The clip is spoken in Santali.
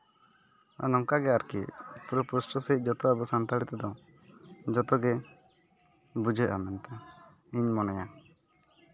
ᱱᱚᱝᱠᱟ ᱜᱮ ᱟᱨᱠᱤ ᱯᱩᱨᱟᱹ ᱯᱩᱥᱴᱟᱹ ᱛᱮᱫᱚ ᱡᱚᱛᱚ ᱟᱵᱚ ᱥᱟᱱᱛᱟᱲ ᱛᱮᱫᱚ ᱡᱚᱛᱚᱜᱮ ᱵᱩᱡᱷᱟᱹᱜᱼᱟ ᱢᱮᱱᱛᱮ ᱤᱧ ᱢᱚᱱᱮᱭᱟ